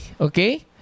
okay